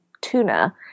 tuna